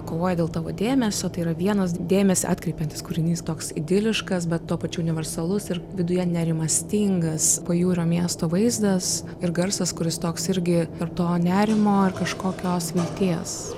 kovoja dėl tavo dėmesio tai yra vienas dėmesį atkreipiantis kūrinys toks idiliškas bet tuo pačiu universalus ir viduje nerimastingas pajūrio miesto vaizdas ir garsas kuris toks irgi ir to nerimo ar kažkokios vilties